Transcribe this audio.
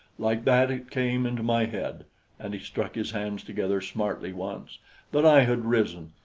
like that it came into my head and he struck his hands together smartly once that i had risen.